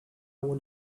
would